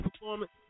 performance